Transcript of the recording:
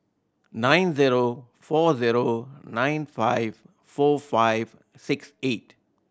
nine zero four zero nine five four five six eight